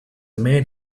man